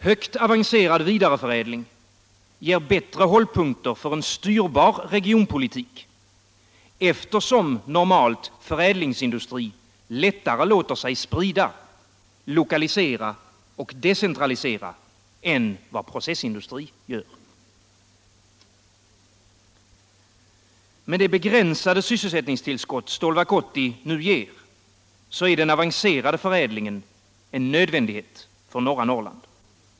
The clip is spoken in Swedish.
Högt avancerad vidareförädling ger bättre hållpunkter för en styrbar regionpolitik, eftersom förädlingsindustri normalt lättare låter sig sprida, lokalisera och decentralisera än processindustrin gör. 4. Med det begränsade sysselsättningstillskott Stålverk 80 nu ger, är den avancerade förädlingen en nödvändighet för norra Norrland.